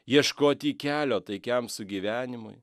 ieškoti kelio taikiam sugyvenimui